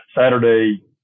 Saturday